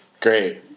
great